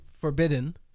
forbidden